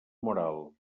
moral